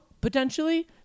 Potentially